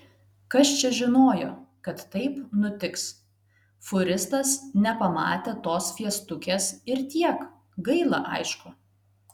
kas čia žinojo kad taip nutiks fūristas nepamatė tos fiestukės ir tiek gaila aišku